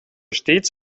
stets